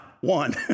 one